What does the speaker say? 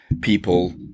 people